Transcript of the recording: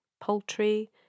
poultry